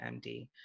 MD